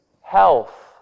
health